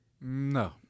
No